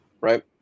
right